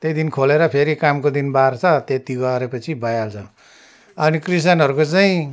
त्यही दिन खोलेर फेरि कामको दिन बार्छ त्यत्ति गरेपछि भइहाल्छ अनि ख्रिस्टनहरूको चाहिँ